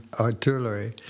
artillery